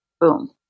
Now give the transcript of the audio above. boom